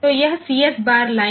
तो यह CS bar line